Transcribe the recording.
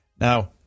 Now